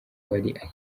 uwari